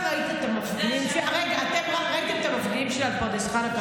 אתה ראית את המפגינים של פרדס חנה,